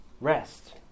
rest